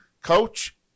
coach